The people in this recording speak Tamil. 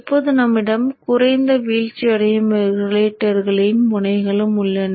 இப்போது நம்மிடம் குறைந்த வீழ்ச்சி அடையும் ரெகுலேட்டர்களின் முனைகளும் உள்ளன